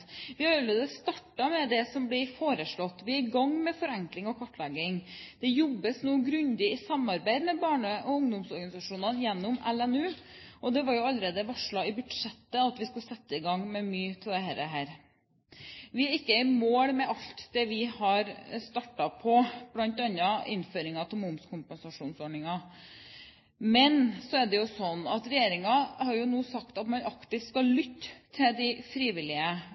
Vi har allerede startet med det som blir foreslått. Vi er i gang med forenkling og kartlegging. Det jobbes nå grundig i samarbeid med barne- og ungdomsorganisasjonene gjennom Landsrådet for Norges barne- og ungdomsorganisasjoner, og det var allerede varslet i budsjettet at vi skulle sette i gang med mye av dette. Vi er ikke i mål med alt det vi har startet på, bl.a. innføring av momskompensasjonsordningen. Men så er det jo sånn at regjeringen nå har sagt at man aktivt skal lytte til de frivillige,